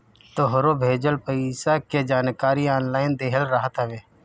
तोहरो भेजल पईसा के जानकारी ऑनलाइन देहल रहत हवे